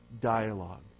dialogue